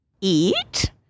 Eat